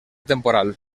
temporal